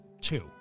two